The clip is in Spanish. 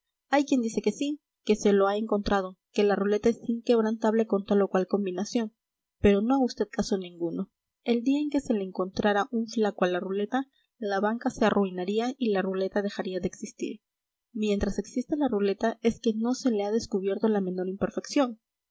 hay quien dice que sí que se lo ha encontrado que la ruleta es inquebrantable con tal o cual combinación pero no haga usted caso ninguno el día en que se le encontrara un flaco a la ruleta la banca se arruinaría y la ruleta dejaría de existir mientras exista la ruleta es que no se le ha descubierto la menor imperfección